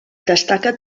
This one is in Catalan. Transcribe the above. destaca